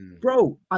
bro